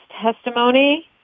testimony